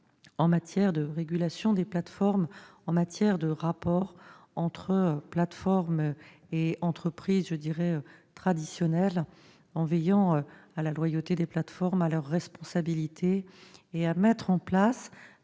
en matière de régulation des plateformes et de rapport entre plateformes et entreprises traditionnelles, en veillant à la loyauté des plateformes, à leur responsabilité et en mettant en place